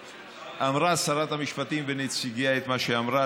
אמרה שרת המשפטים ונציגיה את מה שאמרה.